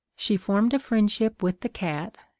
she formed a friendship with the cat,